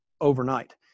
overnight